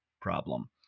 problem